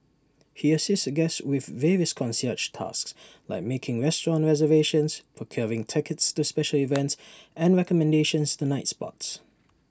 he assists guests with various concierge tasks like making restaurant reservations procuring tickets to special events and recommendations to nightspots